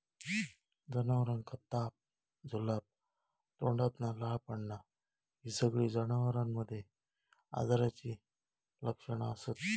जनावरांका ताप, जुलाब, तोंडातना लाळ पडना हि सगळी जनावरांमध्ये आजाराची लक्षणा असत